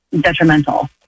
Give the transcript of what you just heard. detrimental